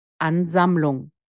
Ansammlung